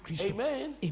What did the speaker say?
Amen